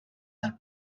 del